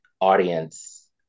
audience